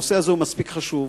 הנושא הזה מספיק חשוב.